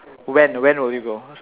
when when will you go